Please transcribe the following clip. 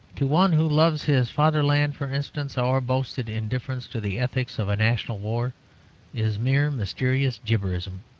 to one who loves his fatherland, for instance, our boasted indifference to the ethics of a national war is mere mysterious gibberism.